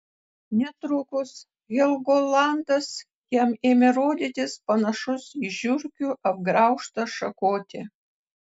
netrukus helgolandas jam ėmė rodytis panašus į žiurkių apgraužtą šakotį